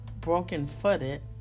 broken-footed